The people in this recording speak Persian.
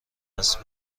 است